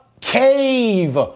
cave